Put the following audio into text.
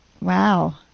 Wow